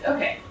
Okay